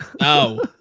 No